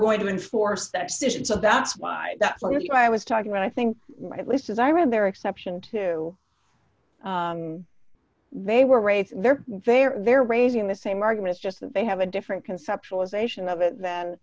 're going to enforce that decision so that's why that's what i was talking about i think at least as i read their exception to they were raised they're very very raising the same arguments just that they have a different conceptualization of it than